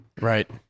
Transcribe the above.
Right